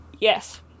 Yes